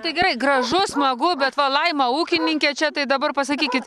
tai gerai gražu smagu bet va laima ūkininkė čia tai dabar pasakykit